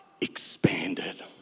expanded